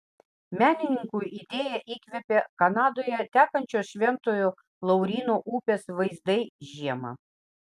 menininkui idėją įkvėpė kanadoje tekančios šventojo lauryno upės vaizdai žiemą